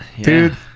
Dude